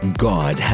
God